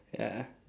ya